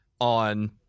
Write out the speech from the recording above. on